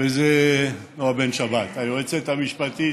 וזו נועה בן-שבת, היועצת המשפטית